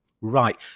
right